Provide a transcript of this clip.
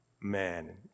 Man